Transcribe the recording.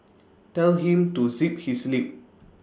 tell him to zip his lip